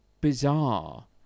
Bizarre